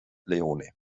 leone